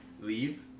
leave